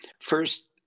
first